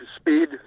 speed